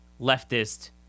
leftist